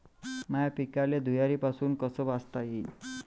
माह्या पिकाले धुयारीपासुन कस वाचवता येईन?